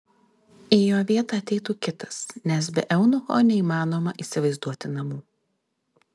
į jo vietą ateitų kitas nes be eunucho neįmanoma įsivaizduoti namų